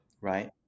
right